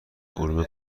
علوم